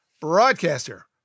broadcaster